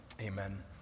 Amen